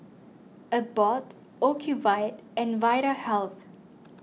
Abbott Ocuvite and Vitahealth